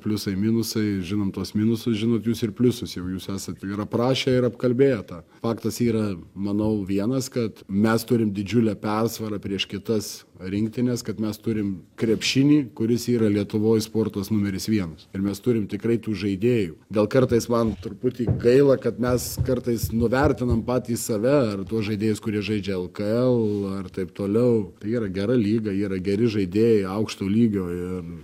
pliusai minusai žinom tuos minusus žinot jūs ir pliusus jau jūs esat ir aprašę ir apkalbėję tą faktas yra manau vienas kad mes turim didžiulę persvarą prieš kitas rinktines kad mes turim krepšinį kuris yra lietuvoj sportas numeris vienas ir mes turim tikrai tų žaidėjų gal kartais man truputį gaila kad mes kartais nuvertinom patys save ar tuos žaidėjus kurie žaidžia el k el ar taip toliau tai yra gera lyga yra geri žaidėjai aukšto lygio ir